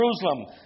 Jerusalem